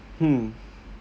hmm